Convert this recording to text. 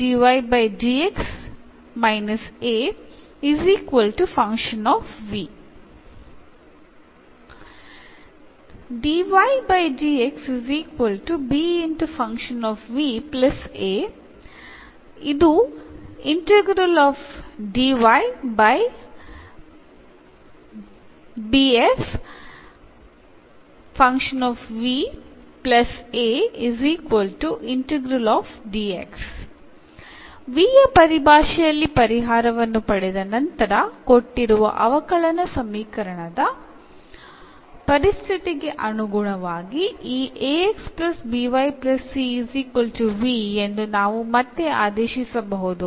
v ಯ ಪರಿಭಾಷೆಯಲ್ಲಿ ಪರಿಹಾರವನ್ನು ಪಡೆದ ನಂತರ ಕೊಟ್ಟಿರುವ ಅವಕಲನ ಸಮೀಕರಣದ ಪರಿಸ್ಥಿತಿಗೆ ಅನುಗುಣವಾಗಿ ಈ ಎಂದು ನಾವು ಮತ್ತೆ ಆದೇಶಿಸಬಹುದು